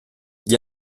gli